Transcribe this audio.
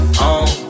home